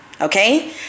Okay